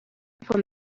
font